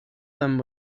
them